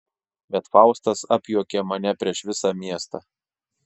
bet faustas apjuokia mane prieš visą miestą